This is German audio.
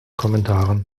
kommentaren